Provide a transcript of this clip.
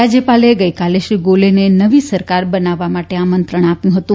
રાજ્યપાલે ગઈકાલે શ્રી ગોલેને નવી સરકાર બનાવવા માટે આમંત્રણ આપ્યું હતું